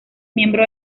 miembro